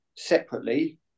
Separately